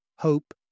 hope